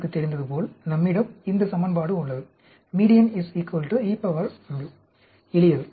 உங்களுக்கு தெரிந்ததுபோல் நம்மிடம் இந்த சமன்பாடு உள்ளது எளியது